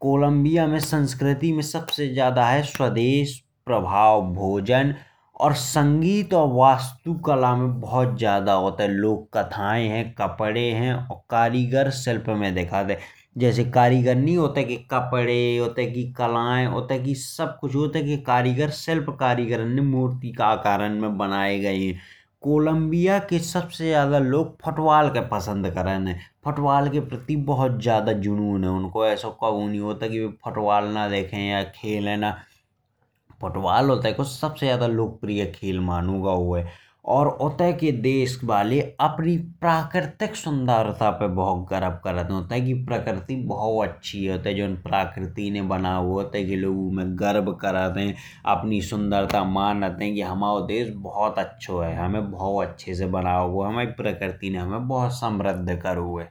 कोलंबिया में संस्कृति में सबसे ज्यादा है। स्वदेश प्रभाव भोजन और संगीत और वास्तुकला में बहुत ज्यादा उतते लोक कथाएं हैं। कपड़े हैं और कारीगर शिल्प में दिखत है। जैसे कारीगर ने उतते के कपड़े उतते की कलाएं उतते। के सब कुछु उतते के कारीगर शिल्प में दिखत हैं। कोलंबिया में सबसे ज्यादा लोग फुटबॉल के पसंद करत हैं। फुटबॉल के प्रति बहुत ज्यादा जूनून है उनको येसो कभी नहीं होत। आये कि बे फुटबॉल न देखे या खेले न फुटबॉल उतते को सबसे ज्यादा लोकप्रिय खेल मानो गाओ है। उत्ते के देश वाले अपनी प्राकृतिक सुंदरता पे बहुत गर्व करत हैं उतते की प्रकृति बहुत अच्छी है। उत्ते जोन प्रकृति ने बनाओ है उतते के लोग उम्हे गर्व करत हैं। अपनी सुंदरता मानत हैं कि हमें बहुत अच्छे से बनाओ है हमें प्रकृति ने बहुत समृद्ध करो है।